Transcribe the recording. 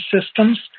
systems